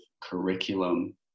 curriculum